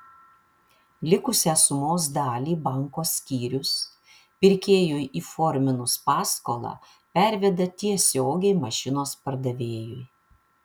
likusią sumos dalį banko skyrius pirkėjui įforminus paskolą perveda tiesiogiai mašinos pardavėjui